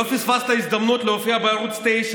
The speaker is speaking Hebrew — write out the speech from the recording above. לא פספסת הזדמנות להופיע בערוץ 9,